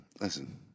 listen